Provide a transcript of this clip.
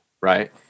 right